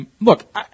Look